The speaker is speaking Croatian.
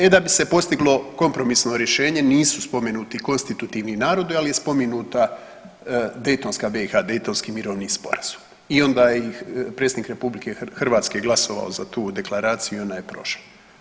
E da bi se postiglo kompromisno rješenje nisu spomenuti konstitutivni narodi, ali je spomenuta dejtonska BiH, Dejtonski mirovni sporazum i onda je i predsjednik RH glasovao za tu deklaraciju i ona je prošla.